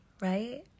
right